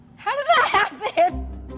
how did that happen?